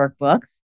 workbooks